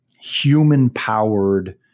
human-powered